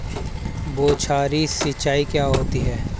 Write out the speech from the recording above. बौछारी सिंचाई क्या होती है?